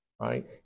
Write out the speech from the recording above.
Right